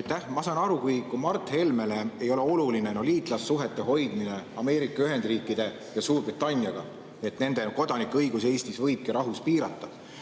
Aitäh! Ma saan aru, kui Mart Helmele ei ole oluline liitlassuhete hoidmine Ameerika Ühendriikide ja Suurbritanniaga, et nende kodanike õigusi Eestis võibki rahus piirata.